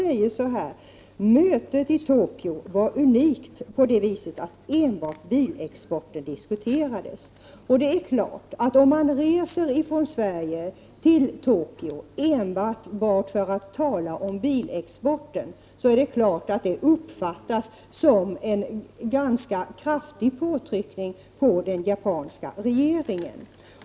Han sade att mötet i Tokyo var unikt på det viset att enbart bilexporten diskuterades. Om man reser från Sverige till Tokyo enbart för att tala om bilexporten, så är det klart att det uppfattas som en ganska kraftig påtryckning på den japanska regeringen.